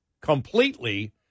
completely